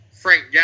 Frank